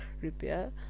repair